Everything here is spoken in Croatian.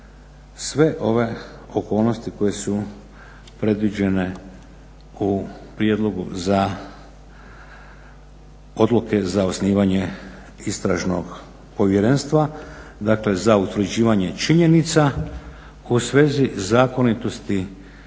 sve ove okolnosti koje su predviđene u prijedlogu odluke za osnivanje Istražnog povjerenstva za utvrđivanje činjenica u svezi zakonitosti